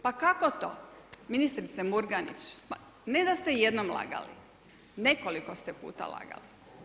Pa kako to ministrice Murganić, ne da ste jednom lagali, nekoliko ste puta lagali?